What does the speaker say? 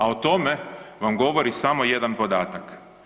A o tome vam govori samo jedan podatak.